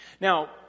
Now